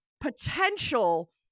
potential